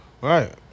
Right